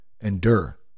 endure